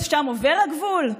אז שם עובר הגבול?